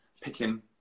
picking